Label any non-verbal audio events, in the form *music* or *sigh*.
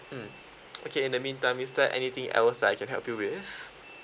mm *noise* okay in the meantime is there anything else that I can help you with